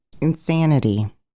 Insanity